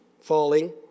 falling